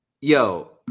yo